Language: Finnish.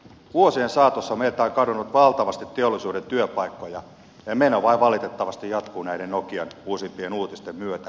vuosien saatossa meiltä on kadonnut valtavasti teollisuuden työpaikkoja ja meno vain valitettavasti jatkuu näiden nokian uusimpien uutisten myötä